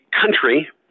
country